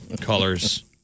colors